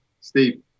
steve